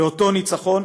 באותו ניצחון.